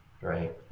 right